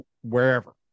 wherever